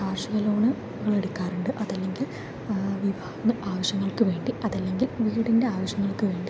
കാർഷിക ലോൺ നമ്മൾ എടുക്കാറുണ്ട് അതല്ലെങ്കിൽ വിവാഹ ആവശ്യങ്ങൾക്ക് വേണ്ടി അതല്ലെങ്കിൽ വീടിൻ്റെ ആവശ്യങ്ങൾക്ക് വേണ്ടി